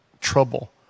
trouble